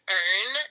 earn